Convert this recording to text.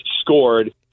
scored